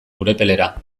urepelera